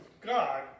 God